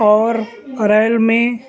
اور ریل میں